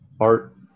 art